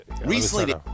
recently